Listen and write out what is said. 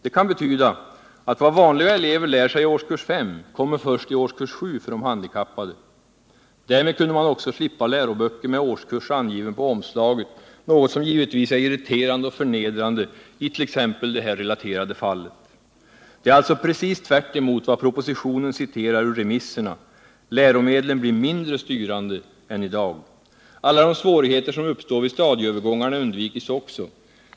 Det kan betyda att vad vanliga elever lär sig i årskurs 5 kommer först i årskurs 7 för den handikappade. Därmed kunde man också slippa läroböcker med årskurs angiven på omslaget, något som givetvis är irriterande och förnedrande i t.ex. det relaterade fallet. Det är alltså precis tvärtemot vad propositionen citerar ur remisserna: läromedlen blir mindre styrande än i dag! Alla de svårigheter som uppstår vid stadieövergångarna undvikes också.